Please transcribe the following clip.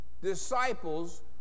Disciples